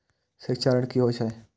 शिक्षा ऋण की होय छै?